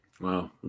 Wow